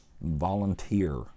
volunteer